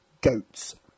goats